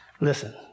listen